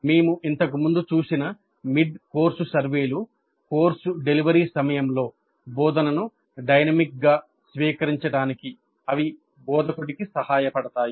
మేము ఇంతకు ముందు చూసిన మిడ్ కోర్సు సర్వేలు కోర్సు డెలివరీ సమయంలో బోధనను డైనమిక్గా స్వీకరించడానికి అవి బోధకుడికి సహాయపడతాయి